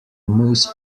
moose